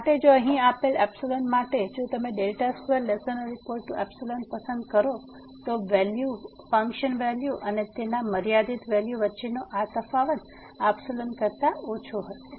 તેથી જો અહીં આપેલ માટે જો તમે 2≤ϵ પસંદ કરો છો તો ફંકશન વેલ્યુ અને તેના મર્યાદિત વેલ્યુ વચ્ચેનો આ તફાવત ϵ કરતા ઓછો હશે